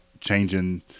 changing